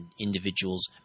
individuals